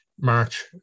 March